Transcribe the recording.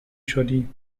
شدی